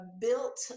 built